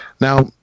Now